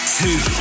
two